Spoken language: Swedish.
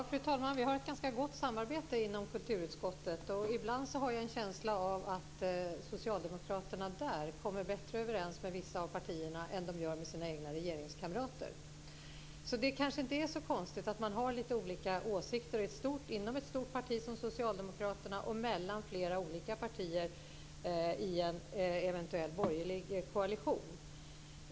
Fru talman! Vi har ett ganska gott samarbete inom kulturutskottet. Ibland har jag en känsla av att socialdemokraterna där kommer bättre överens med vissa av partierna än de gör med sina egna regeringskamrater. Det är kanske inte så konstigt att man har olika åsikter inom ett stort parti som Socialdemokraterna och mellan flera olika partier i en eventuell borgerlig koalition.